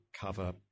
cover